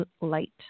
light